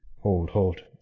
hold, hold!